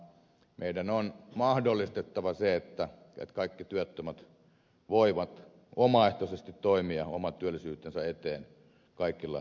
meidän on mahdollistettava se että kaikki työttömät voivat omaehtoisesti toimia oman työllisyytensä eteen kaikilla järkevillä keinoilla